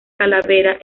calavera